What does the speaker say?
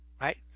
right